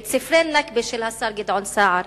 ואת ספרי ה"נכבה" של השר גדעון סער.